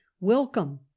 Welcome